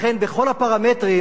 לכן בכל הפרמטרים,